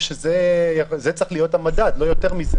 שזה צריך להיות המדד, לא יותר מזה.